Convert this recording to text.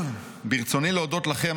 'ברצוני להודות לכם,